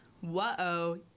whoa